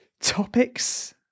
topics